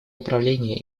управления